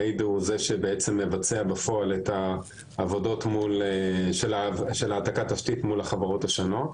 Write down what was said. ראיד הוא זה שמבצע בפועל את העבודות של העתקת תשתית מול החברות השונות.